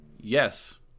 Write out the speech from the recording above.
yes